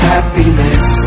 Happiness